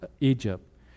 Egypt